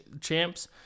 champs